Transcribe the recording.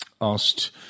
asked